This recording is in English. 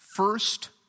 First